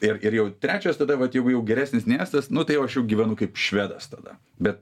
ir ir jau trečias tada vat jeigu jau geresnis nei estas nu tai aš jau gyvenu kaip švedas tada bet